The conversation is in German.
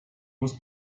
muss